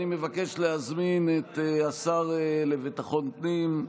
אני מבקש להזמין את השר לביטחון פנים,